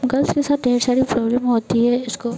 girls के साथ ढेर सारी प्रॉब्लम होती है इसको